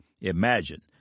Imagine